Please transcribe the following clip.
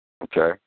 Okay